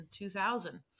2000